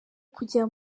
kujya